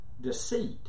deceit